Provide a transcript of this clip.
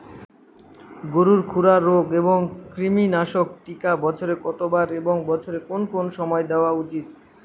গরুর খুরা রোগ ও কৃমিনাশক টিকা বছরে কতবার এবং বছরের কোন কোন সময় দেওয়া উচিৎ?